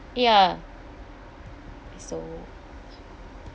ya so